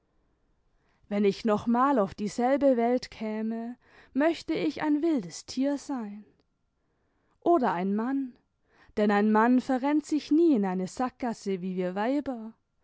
wenn ich nochmal auf dieselbe welt käme möchte ich ein wildes tier sein oder ein mann denn ein mann verrennt sich nie in eine sackgasse wie wir weiber